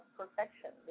perfection